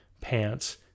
pants